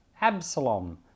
Absalom